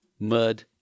Mud